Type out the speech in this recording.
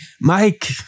Mike